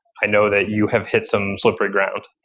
i know that you have hit some slippery ground.